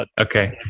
Okay